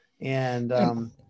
and-